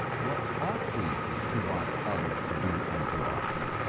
what ought we to want others to do unto us.